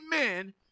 amen